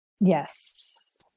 Yes